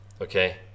okay